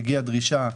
הגיעה דרישה,